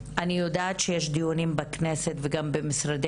אני יודעת שיש דיונים בכנסת וגם במשרדי